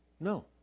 No